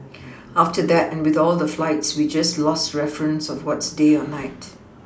after that and with all the flights we just lost reference of what's day or night